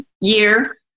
year